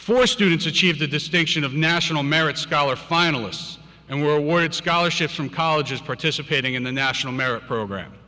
for students achieve the distinction of national merit scholar finalists and were awarded scholarships from colleges participating in the national merit program